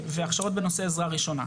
והכשרות בנושא עזרה ראשונה,